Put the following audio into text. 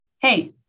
Hey